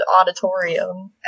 auditorium